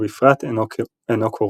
ובפרט אינו קורן.